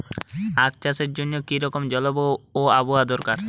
আখ চাষের জন্য কি রকম জলবায়ু ও আবহাওয়া দরকার?